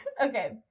Okay